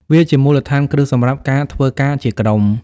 វាជាមូលដ្ឋានគ្រឹះសម្រាប់ការធ្វើការជាក្រុម។